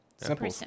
Simple